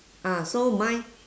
ah so mine